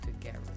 together